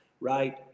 Right